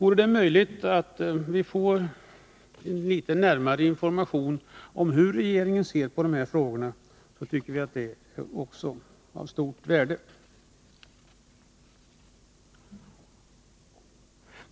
Om det är möjligt att få närmare information om hur regeringen ser på dessa frågor, vore också det av stort värde.